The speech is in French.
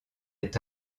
est